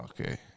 Okay